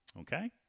Okay